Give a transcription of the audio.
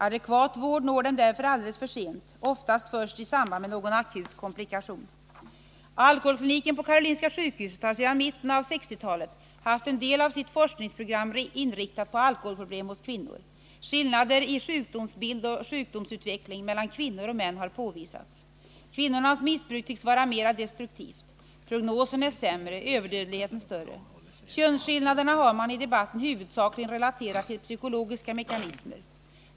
Adekvat vård når dem därför alldeles för sent, oftast först i samband med någon akut komplikation. Alkoholkliniken på Karolinska sjukhuset har sedan mitten av 1960-talet haft en del av sitt forskningsprogram inriktat på alkoholproblem hos kvinnor. Skillnader i sjukdomsbild och sjukdomsutveckling mellan kvinnor och män har påvisats. Kvinnornas missbruk tycks vara mera destruktivt. Prognosen är sämre, överdödligheten större. Könsskillnaderna har man i debatten huvudsakligen relaterat till psykologiska mekanismer.